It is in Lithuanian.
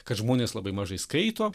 kad žmonės labai mažai skaito